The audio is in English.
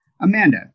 Amanda